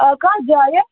آ کَتھ جایہِ